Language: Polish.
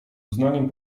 uznaniem